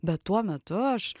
bet tuo metu aš